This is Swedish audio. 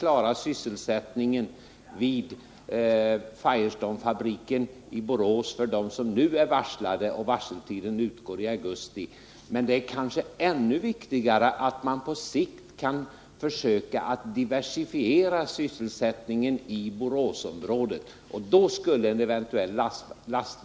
Tvärtom tillgriper nu domstolarna än hårdare straffsatser för vägran. I andra länder, bl.a. Norge, ges möjlighet att göra en civil samhällstjänst frikopplad från totalförsvaret.